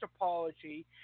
apology